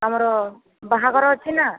ଆମର ବାହାଘର ଅଛି ନା